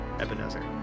Ebenezer